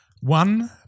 One